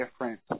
different